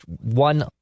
one